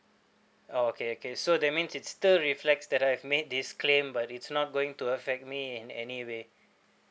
oh okay okay so that means it's still reflects that I have made this claim but it's not going to affect me in any way